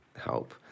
help